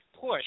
push